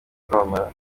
kwamamara